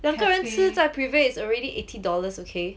两个人吃在 Prive is already eighty dollars okay